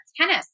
tennis